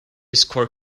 square